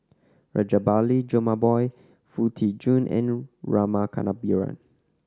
Rajabali Jumabhoy Foo Tee Jun and Rama Kannabiran